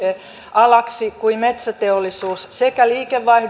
alaksi kuin metsäteollisuus sekä liikevaihdon että viennin